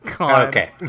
Okay